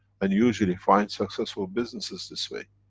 and usually find successful businesses this way.